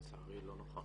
לצערי לא נוכל.